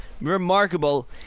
remarkable